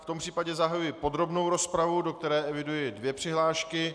V tom případě zahajuji podrobnou rozpravu, do které eviduji dvě přihlášky.